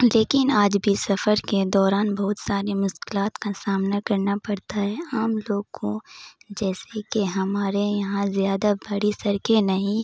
لیکن آج بھی سفر کے دوران بہت ساری مشکلات کا سامنا کرنا پڑتا ہے عام لوگ کو جیسے کہ ہمارے یہاں زیادہ بڑی سڑکیں نہیں